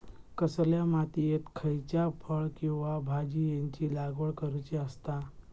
कसल्या मातीयेत खयच्या फळ किंवा भाजीयेंची लागवड करुची असता?